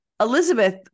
Elizabeth